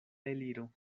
eliro